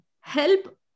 help